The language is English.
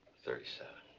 thirty seven.